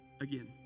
again